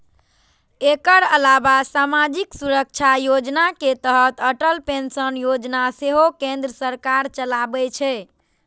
एकर अलावा सामाजिक सुरक्षा योजना के तहत अटल पेंशन योजना सेहो केंद्र सरकार चलाबै छै